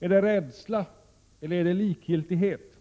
är det 13 april 1988 rädsla eller likgiltighet?